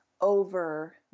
over